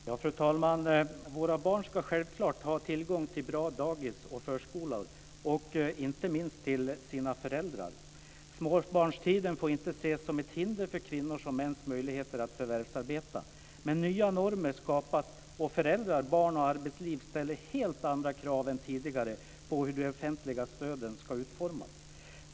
Fru talman! Våra barn ska självklart ha tillgång till bra dagis och förskolor, och inte minst till sina föräldrar. Småbarnstiden får inte ses som ett hinder för kvinnors och mäns möjligheter att förvärvsarbeta. Men nya normer skapas, och föräldrar, barn och arbetsliv ställer helt andra krav än tidigare på hur de offentliga stöden ska utformas.